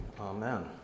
Amen